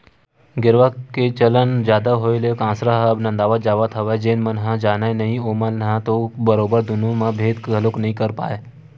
गेरवा के चलन जादा होय ले कांसरा ह अब नंदावत जावत हवय जेन मन ह जानय नइ ओमन ह तो बरोबर दुनो म भेंद घलोक नइ कर पाय